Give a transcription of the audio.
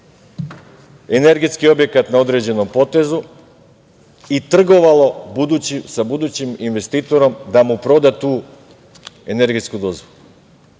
energetski objekat na određenom potezu i trgovalo sa budućim investitorom da mu proda tu energetsku dozvolu.